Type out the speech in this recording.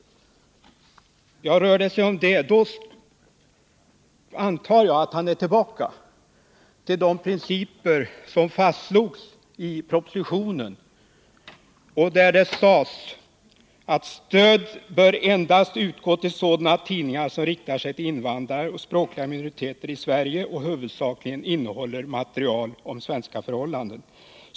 Om det är så, då antar jag att Daniel Tarschys är tillbaka vid de principer som fastslogs i propositionen, nämligen att stöd bör utgå endast till sådana tidningar som riktar sig till invandrare och språkliga minoriteter i Sverige och som huvudsakligen innehåller material om svenska förhållanden.